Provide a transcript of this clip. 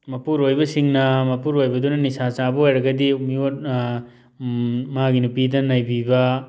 ꯃꯄꯨꯔꯣꯏꯕꯁꯤꯡꯅ ꯃꯄꯨꯔꯣꯏꯕꯗꯨꯅ ꯅꯤꯁꯥ ꯆꯥꯕ ꯑꯣꯏꯔꯒꯗꯤ ꯃꯤꯌꯣꯠ ꯃꯥꯒꯤ ꯅꯨꯄꯤꯗ ꯅꯩꯕꯤꯕ